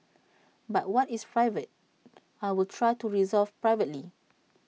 but what is private I will try to resolve privately